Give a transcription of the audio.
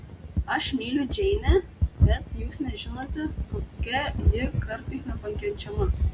aš myliu džeinę bet jūs nežinote kokia ji kartais nepakenčiama